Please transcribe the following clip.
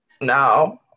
No